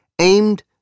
aimed